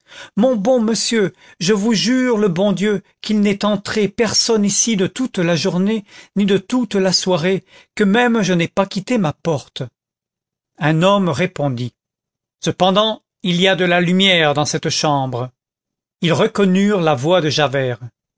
mon bon monsieur je vous jure le bon dieu qu'il n'est entré personne ici de toute la journée ni de toute la soirée que même je n'ai pas quitté ma porte un homme répondit cependant il y a de la lumière dans cette chambre ils reconnurent la voix de javert